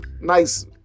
nice